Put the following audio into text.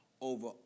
over